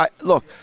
look